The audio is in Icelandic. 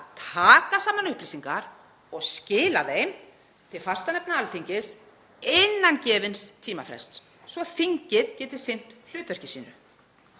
taka saman upplýsingar og skila þeim til fastanefnda Alþingis innan gefins tímafrests svo að þingið geti sinnt hlutverki sínu.